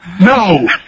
No